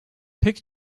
pek